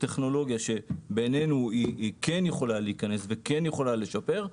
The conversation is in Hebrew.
טכנולוגיה שבעיננו כן יכולה להיכנס וכן יכולה לשפר,